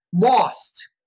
lost